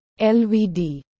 lvd